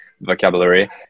vocabulary